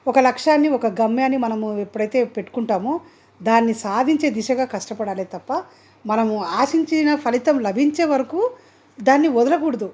ఒక లక్ష్యాన్ని ఒక గమ్యాన్ని మనము ఎప్పుడైతే పెట్టుకుంటామో దాన్ని సాధించే దిశగా కష్టపడాలే తప్ప మనము ఆశించిన ఫలితం లభించే వరకు దాన్ని వదలకూడదు